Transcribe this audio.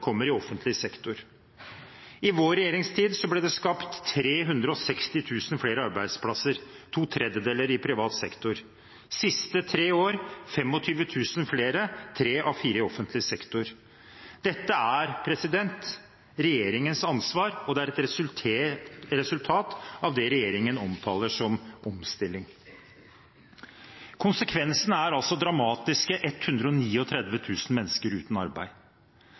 kommer, kommer i offentlig sektor. I vår regjeringstid ble det skapt 360 000 flere arbeidsplasser – to tredjedeler i privat sektor, de siste tre årene 25 000 flere – tre av fire i offentlig sektor. Dette er regjeringens ansvar, og det er et resultat av det regjeringen omtaler som omstilling. Konsekvensene er altså dramatiske – 139 000 mennesker uten arbeid.